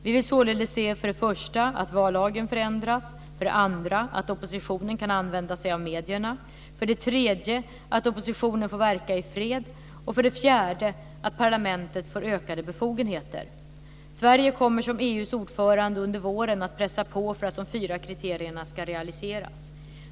Vi vill således se för det första att vallagen förändras, för det andra att oppositionen kan använda sig av medierna, för det tredje att oppositionen får verka i fred och för det fjärde att parlamentet får ökade befogenheter. Sverige kommer som EU:s ordförande under våren att pressa på för att de fyra kriterierna ska realiseras.